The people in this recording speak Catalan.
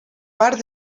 part